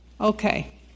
Okay